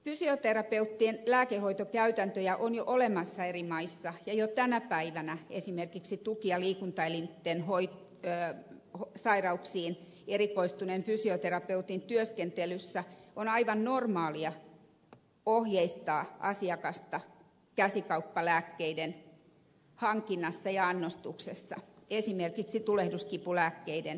fysioterapeuttien lääkehoitokäytäntöjä on jo olemassa eri maissa ja jo tänä päivänä esimerkiksi tuki ja liikuntaelinten sairauksiin erikoistuneen fysioterapeutin työskentelyssä on aivan normaalia ohjeistaa asiakasta käsikauppalääkkeiden hankinnassa ja annostuksessa esimerkiksi tulehduskipulääkkeiden kohdalla